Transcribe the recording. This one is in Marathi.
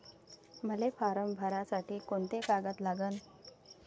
मले फारम भरासाठी कोंते कागद लागन?